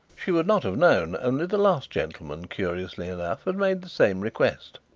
she would not have known, only the last gentleman, curiously enough, had made the same request.